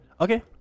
Okay